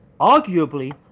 Arguably